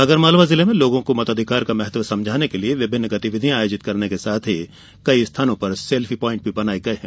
आगर मालवा जिले में लोगों को मताधिकार का महत्व समझाने के लिए विभिन्न गतिविधियां आयोजित करने के साथ ही कई स्थानों पर सेल्फी पाइण्ट बनाय गये हैं